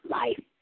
life